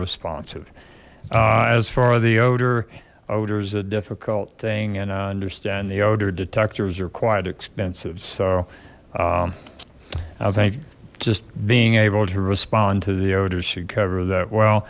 responsive as far the odor odor is a difficult thing and i understand the odor detectors are quite expensive so i think just being able to respond to the odor should cover that well